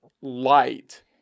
light